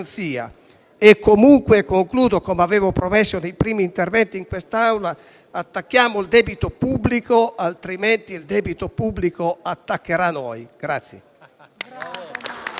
e, comunque - come avevo promesso nei primi interventi in quest'Aula - attacchiamo il debito pubblico, altrimenti il debito pubblico attaccherà noi.